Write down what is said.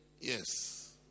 Yes